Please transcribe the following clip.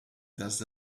does